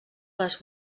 les